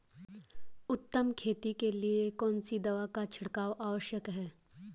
उत्तम खेती के लिए कौन सी दवा का छिड़काव आवश्यक है?